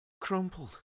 crumpled